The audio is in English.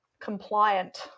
compliant